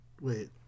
Wait